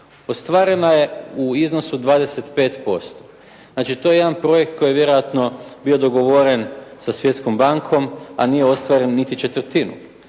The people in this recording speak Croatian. Ostvareno je u iznosu od 25%. Znači to je jedan projekt koji je vjerojatno bio dogovoren sa Svjetskom bankom, a nije ostvaren niti četvrtinu.